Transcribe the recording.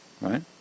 Right